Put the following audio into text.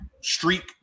streak